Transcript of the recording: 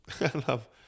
love